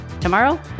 tomorrow